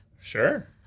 Sure